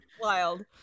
Wild